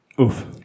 Oof